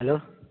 hello